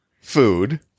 food